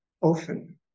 often